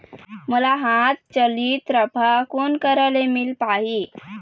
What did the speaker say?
मोला हाथ चलित राफा कोन करा ले मिल पाही?